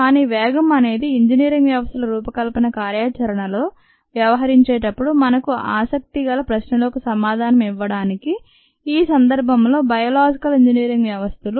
కానీ వేగం అనేది ఇంజనీరింగ్ వ్యవస్థల రూపకల్పన కార్యాచరణతో వ్యవహరించేటప్పుడు మనం ఆసక్తి గల ప్రశ్నలకు సమాధానం ఇవ్వడానికి ఈ సందర్భంలో బయోలాజికల్ ఇంజనీరింగ్ వ్యవస్థలు